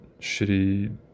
shitty